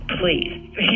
please